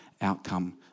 outcome